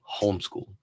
homeschool